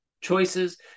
Choices